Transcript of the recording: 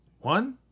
one